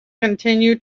continue